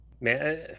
Man